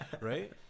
Right